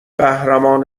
قهرمان